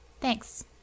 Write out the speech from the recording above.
Thanks